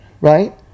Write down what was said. Right